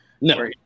No